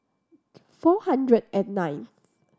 four hundred and ninth